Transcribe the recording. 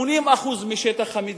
80% משטח המדינה.